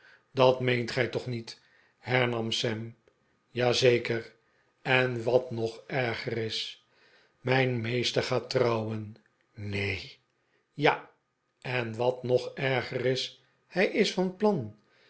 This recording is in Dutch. dat meent gij toch niet hernam sam ja zeker en wat nog erger is mijn meester gaat trouwen neen ja en wat nog erger is hij is van plan